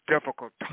Difficult